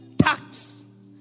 tax